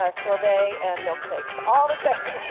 ah sorbet, and milkshakes, all the same.